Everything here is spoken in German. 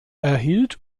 erhielt